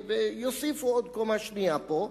ויוסיפו עוד קומה שנייה פה,